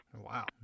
Wow